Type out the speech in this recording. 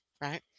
right